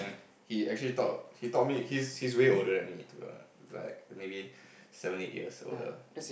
he actually taught he taught me he's he's really older than me to be honest like maybe seven eight years older